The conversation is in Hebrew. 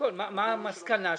מה המסקנה שלכם?